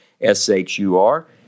S-H-U-R